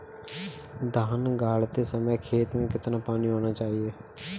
धान गाड़ते समय खेत में कितना पानी होना चाहिए?